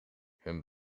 hun